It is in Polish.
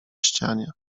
ścianie